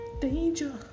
danger